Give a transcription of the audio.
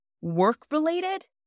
work-related